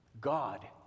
God